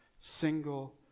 single